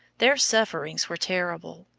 their sufferings were terrible.